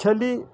ଛେଲି